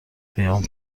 قیام